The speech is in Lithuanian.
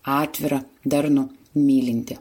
atvirą darnų mylintį